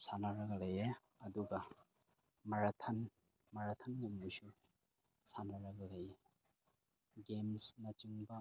ꯁꯥꯟꯅꯔꯒ ꯂꯩꯌꯦ ꯑꯗꯨꯒ ꯃꯔꯥꯊꯟ ꯃꯔꯥꯊꯟꯒꯨꯝꯕꯁꯨ ꯁꯥꯟꯅꯔꯒ ꯂꯩ ꯒꯦꯝꯁꯅꯆꯤꯡꯕ